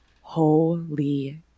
holy